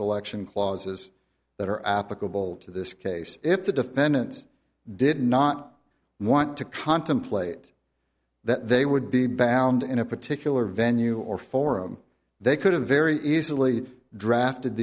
selection clauses that are applicable to this case if the defendants did not want to contemplate that they would be back in a particular venue or forum they could have very easily drafted